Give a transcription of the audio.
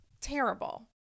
terrible